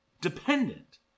dependent